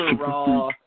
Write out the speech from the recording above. raw